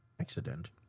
Accident